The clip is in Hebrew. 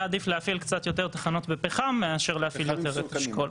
היה עדיף להפעיל קצת יותר תחנות בפחם מאשר להפעיל יותר את אשכול.